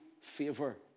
favor